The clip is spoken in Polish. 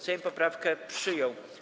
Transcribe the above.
Sejm poprawkę przyjął.